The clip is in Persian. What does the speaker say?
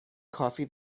کافی